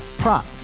prop